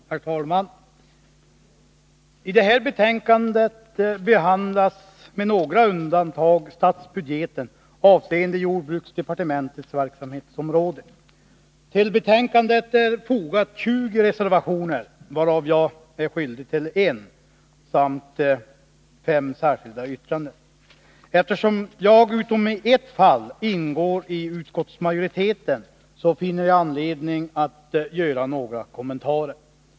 Herr talman! I detta betänkande behandlas, med några undantag, statsbudgeten avseende jordbruksdepartementets verksamhetsområde. Vid betänkandet är fogade 20 reservationer, varav jag är skyldig till en, samt fem särskilda yttranden. Eftersom jag, utom i ett fall, ingår i utskottsmajoriteten, finner jag anledning att göra några kommentarer.